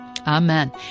Amen